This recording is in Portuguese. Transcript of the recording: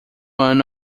ano